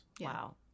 Wow